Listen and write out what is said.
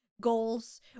goals